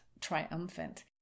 triumphant